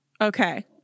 Okay